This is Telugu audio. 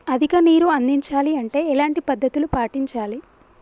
అధిక నీరు అందించాలి అంటే ఎలాంటి పద్ధతులు పాటించాలి?